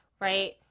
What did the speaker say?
right